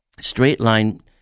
straight-line